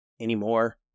anymore